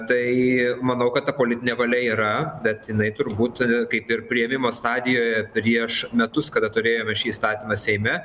tai manau kad ta politinė valia yra bet jinai turbūt kaip ir priėmimo stadijoje prieš metus kada turėjome šį įstatymą seime